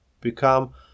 become